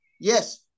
Yes